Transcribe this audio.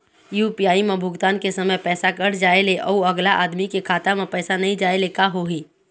UPI म भुगतान के समय पैसा कट जाय ले, अउ अगला आदमी के खाता म पैसा नई जाय ले का होही?